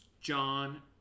John